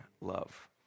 love